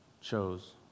chose